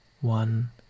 one